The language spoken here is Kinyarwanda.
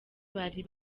bari